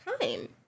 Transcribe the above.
time